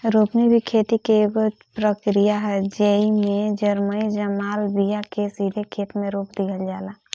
रोपनी भी खेती के एगो प्रक्रिया ह, जेइमे जरई जमाल बिया के सीधे खेते मे रोप दिहल जाला